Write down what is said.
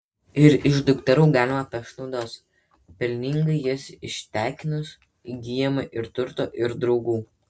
ir iš dukterų galima pešt naudos pelningai jas ištekinus įgyjama ir turto ir draugų